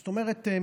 זאת אומרת,